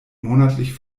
monatlich